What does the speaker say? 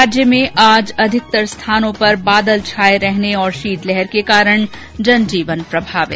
राज्य में आज अधिकतर स्थानों पर बादल छाये रहने और शीत लहर के कारण जनजीवन प्रभावित